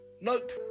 Nope